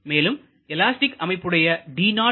மேலும் எலாஸ்டிக் அமைப்புடைய D